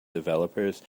developers